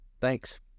thanks